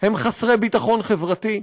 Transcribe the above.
הם חסרי ביטחון חברתי,